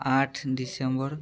ଆଠ ଡିସେମ୍ବର